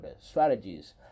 strategies